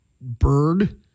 bird